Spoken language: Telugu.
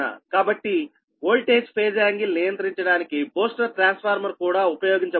కాబట్టి వోల్టేజ్ ఫేజ్ యాంగిల్ నియంత్రించడానికి బూస్టర్ ట్రాన్స్ఫార్మర్ కూడా ఉపయోగించబడుతుంది